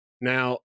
Now